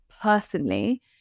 personally